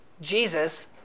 Jesus